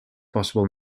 possible